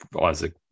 Isaac